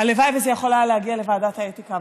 הלוואי שזה יכול היה להגיע לוועדת האתיקה,